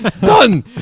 Done